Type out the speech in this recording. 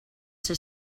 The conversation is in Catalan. ser